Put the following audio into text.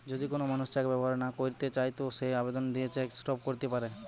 যদি কোন মানুষ চেক ব্যবহার না কইরতে চায় তো সে আবেদন দিয়ে চেক স্টপ ক্যরতে পারে